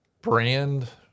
brand